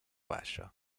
baixa